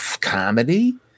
comedy